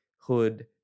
Hood